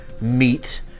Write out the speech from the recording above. meet